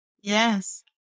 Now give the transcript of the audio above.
Yes